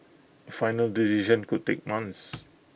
A final decision could take months